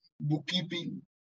bookkeeping